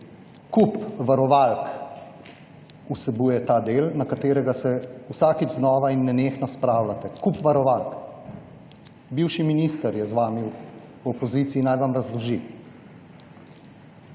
Kup varovalk vsebuje ta del, na katerega se vsakič znova in nenehno spravljate. Kup varovalk. Bivši minister je z vami v opoziciji, naj vam razloži.